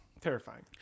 Terrifying